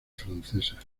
francesa